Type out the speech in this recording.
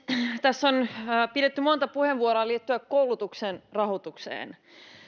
tässä on pidetty monta puheenvuoroa liittyen koulutuksen rahoitukseen